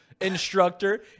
instructor